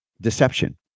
deception